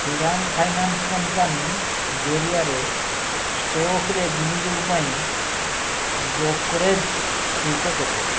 Shriram finance company ଜରିଆରେ ଷ୍ଟକରେ ବିନିଯୋଗ ପାଇଁ ବ୍ରୋକରେଜ୍ ଶୁଳ୍କ କେତେ